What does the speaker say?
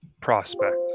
prospect